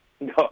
No